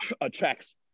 attracts